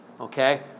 Okay